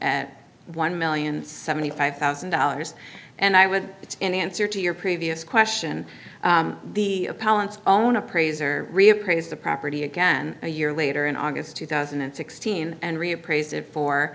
at one million seventy five thousand dollars and i would in answer to your previous question the collins own appraiser reappraise the property again a year later in august two thousand and sixteen and reappraise it fo